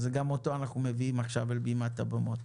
אז גם אותו אנחנו מביאים עכשיו אל בימת הבמות.